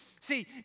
See